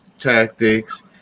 tactics